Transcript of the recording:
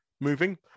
moving